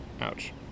Ouch